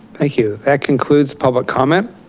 thank you that concludes public comment,